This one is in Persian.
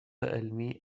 عملی